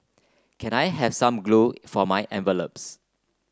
can I have some glue for my envelopes